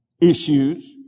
issues